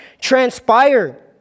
transpire